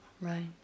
Right